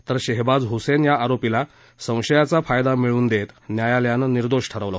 तर शेहबाज हुसेन या आरोपीला संशयाचा फायदा मिळवून देत न्यायालयानं निर्दोष ठरवलं